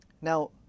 Now